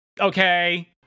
okay